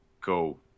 Go